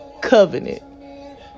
covenant